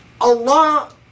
Allah